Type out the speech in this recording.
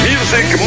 Music